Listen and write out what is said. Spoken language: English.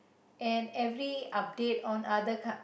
and every update on other coun~